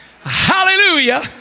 Hallelujah